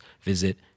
visit